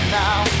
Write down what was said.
now